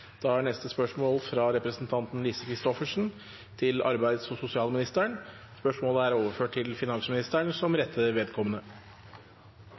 fra representanten Lise Christoffersen til arbeids- og sosialministeren, er overført til finansministeren som rette vedkommende.